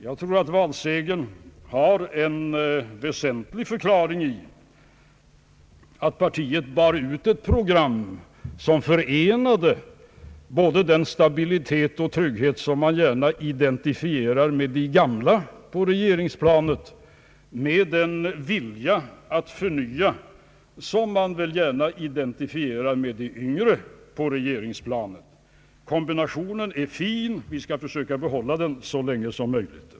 Jag tror att valsegern till en väsentlig del har sin förklaring i att partiet bar ut ett program som förenade den stabilitet och trygghet, som man så gärna knyter till de gamla på regeringsplanet, med den vilja att förnya, som man väl gärna knyter till de yngre på regeringsplanet. Kombinationen är fin, vi skall försöka behålla den så länge som möjligt!